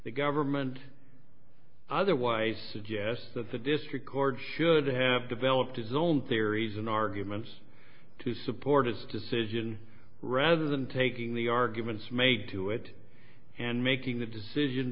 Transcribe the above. the government otherwise suggests that the district court should have developed his own theories in arguments to support his decision rather than taking the arguments made to it and making the decision